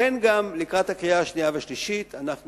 כמו כן, לקראת הקריאה השנייה והשלישית אנחנו